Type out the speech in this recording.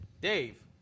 Dave